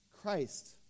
Christ